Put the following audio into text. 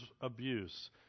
abuse